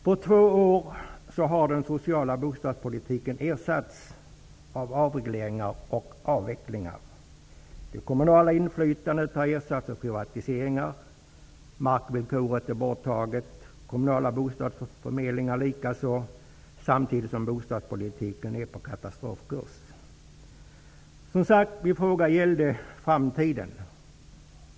På två år har den sociala bostadspolitiken ersatts av avregleringar och avvecklingar. Det kommunala inflytandet har ersatts av privatiseringar. Markvillkoret är borttaget. Kommunala bostadsförmedlingar likaså, samtidigt som bostadspolitiken är på katastrofkurs. Min fråga gällde som sagt framtiden.